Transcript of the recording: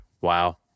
Wow